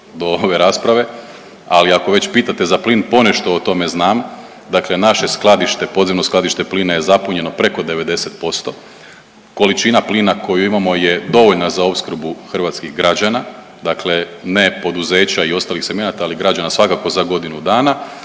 do ove rasprave. Ali ako već pitate za plin ponešto o tome znam. Dakle naše skladište, podzemno skladište plina je zapunjeno preko 90%. Količina plina koju imamo je dovoljna za opskrbu hrvatskih građana, dakle ne poduzeća i ostalih segmenata, ali građana svakako za godinu dana.